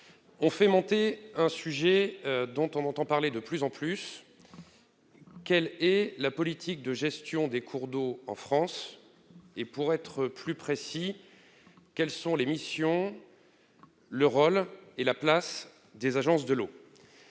ont fait surgir un sujet dont on entend parler de plus en plus : quelle est la politique de gestion des cours d'eau en France et, pour être plus précis, quels sont les missions, le rôle et la place des agences de l'eau ?